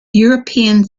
european